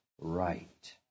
right